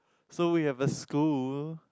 so we have a school